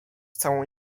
całą